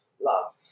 Love